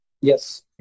Yes